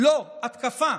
לא, התקפה.